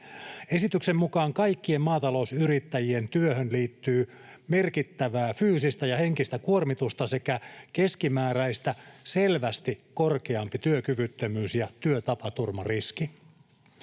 Esityksen mukaan kaikkien maatalousyrittäjien työhön liittyy merkittävää fyysistä ja henkistä kuormitusta sekä keskimääräistä selvästi korkeampi työkyvyttömyys- ja työtapaturmariski.